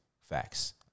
facts